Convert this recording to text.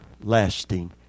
lasting